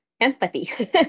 empathy